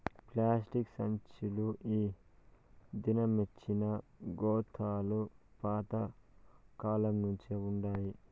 plastic సంచీలు ఈ దినమొచ్చినా గోతాలు పాత కాలంనుంచే వుండాయి